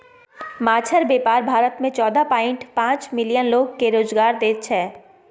माछक बेपार भारत मे चौदह पांइट पाँच मिलियन लोक केँ रोजगार दैत छै